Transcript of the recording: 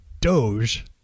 Doge